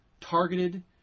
targeted